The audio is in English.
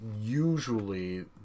usually